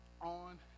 on